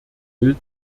will